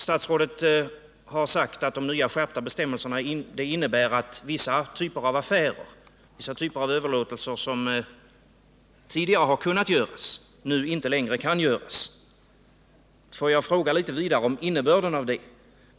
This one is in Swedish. Statsrådet sade att de nya skärpta bestämmelserna innebär att vissa typer av överlåtelser som tidigare har kunnat göras nu inte längre kan göras. Jag skulle vilja få veta litet mera om innebörden av det.